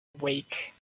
wake